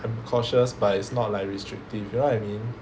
I'm cautious but it's not like restrictive you know what I mean